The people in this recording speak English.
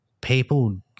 people